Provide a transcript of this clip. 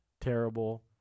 terrible